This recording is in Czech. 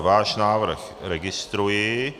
Váš návrh registruji.